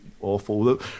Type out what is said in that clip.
awful